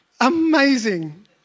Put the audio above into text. amazing